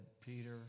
Peter